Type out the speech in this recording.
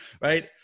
Right